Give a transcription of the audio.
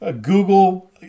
Google